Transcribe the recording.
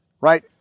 Right